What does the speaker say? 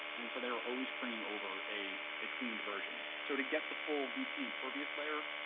and so they're always bringing over a a cleaned version. so to get the full vt impervious layer,